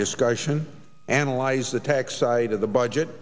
discussion analyze the tax side of the budget